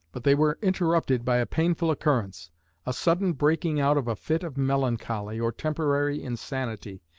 but they were interrupted by a painful occurrence a sudden breaking out of a fit of melancholy, or temporary insanity,